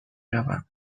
روم